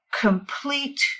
complete